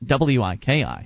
WIKI